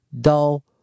dull